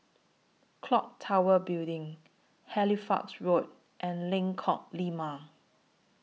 Clock Tower Building Halifax Road and Lengkong Lima